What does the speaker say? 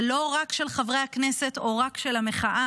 זה לא רק של חברי הכנסת או רק של המחאה